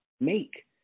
make